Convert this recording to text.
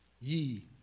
ye